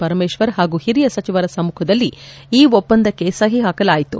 ಪರಮೇಶ್ವರ್ ಪಾಗೂ ಹಿರಿಯ ಸಚಿವರ ಸಮುಖದಲ್ಲಿ ಈ ಒಪ್ಪಂದಕ್ಕೆ ಸಹಿ ಹಾಕಲಾಯಿತು